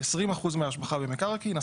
20% מהשבחה במקרקעין,